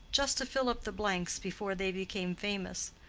just to fill up the blanks before they became famous.